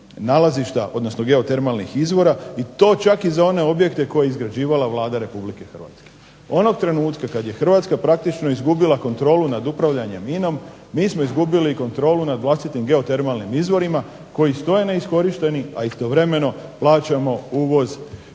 nalazišta, odnosno geotermalnih izvora i to čak i za one objekte koje je izgrađivala Vlada Republike Hrvatske. Onog trenutka kad je Hrvatska praktično izgubila kontrolu nad upravljanjem INA-om mi smo izgubili kontrolu nad vlastitim geotermalnim izvorima koji stoje neiskorišteni, a istovremeno plaćamo uvoz